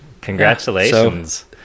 Congratulations